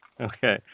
okay